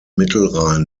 mittelrhein